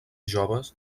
joves